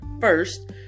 First